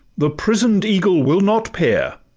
the prison'd eagle will not pair,